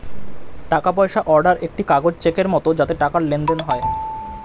টাকা পয়সা অর্ডার একটি কাগজ চেকের মত যাতে টাকার লেনদেন হয়